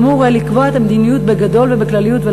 אמור לקבוע את המדיניות בגדול ובכלליות,